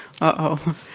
Uh-oh